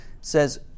says